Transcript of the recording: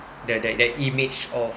that that that image of